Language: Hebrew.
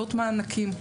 מקבלות מענקים.